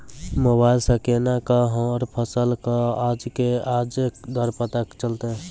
Mobile सऽ केना कऽ हर फसल कऽ आज के आज दर पता चलतै?